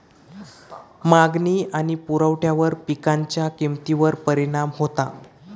मागणी आणि पुरवठ्यावर पिकांच्या किमतीवर परिणाम होता